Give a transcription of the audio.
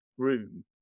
room